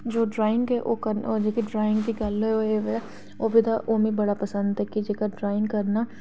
जो ड्राइंग ऐ ओह् जेह्की ड्राइंग दी गल्ल ऐ ओह् एह् ऐ ओह् मिगी बड़ा पसंद ऐ जेह्का ड्राइंग करना